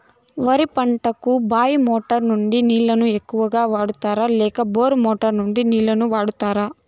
వరి పంటకు బాయి మోటారు నుండి నీళ్ళని ఎక్కువగా వాడుతారా లేక బోరు మోటారు నీళ్ళని వాడుతారా?